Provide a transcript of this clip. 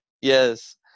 Yes